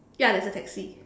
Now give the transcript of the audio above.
ya there's a taxi